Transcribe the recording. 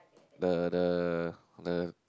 the the the